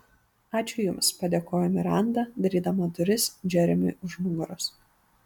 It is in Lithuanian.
ačiū jums padėkojo miranda darydama duris džeremiui už nugaros